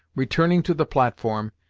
returning to the platform,